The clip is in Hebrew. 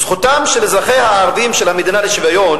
זכותם של אזרחיה הערבים של המדינה לשוויון